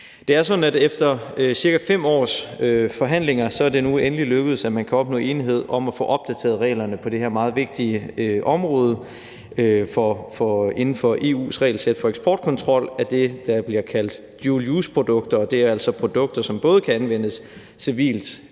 Det er sådan, at efter ca. 5 års forhandlinger er det nu endelig lykkedes at opnå enighed om at få opdateret reglerne på det her meget vigtige område inden for EU's regelsæt for eksportkontrol af det, der bliver kaldt dual use-produkter, som altså er produkter, som både kan anvendes civilt